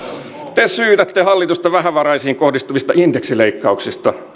te syytätte hallitusta vähävaraisiin kohdistuvista indeksileikkauksista